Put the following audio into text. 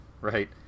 right